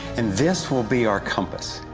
and this will be our compass.